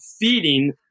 feeding